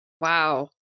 Wow